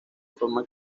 forma